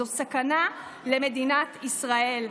זו סכנה למדינת ישראל.